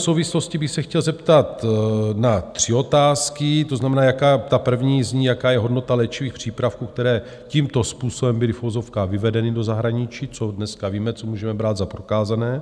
V této souvislosti bych se chtěl zeptat na tři otázky, to znamená, ta první zní: Jaká je hodnota léčivých přípravků, které tímto způsobem byly v uvozovkách vyvedeny do zahraničí, co dneska víme, co můžeme brát za prokázané?